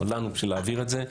לנו בשביל להעביר את זה.